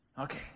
Okay